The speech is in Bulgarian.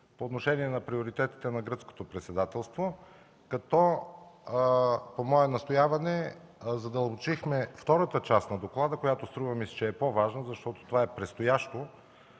по отношение на приоритетите на гръцкото председателство. По мое настояване задълбочихме втората част на доклада, която струва ми се, че е по-важна, защото това е предстоящо,